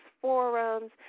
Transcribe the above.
forums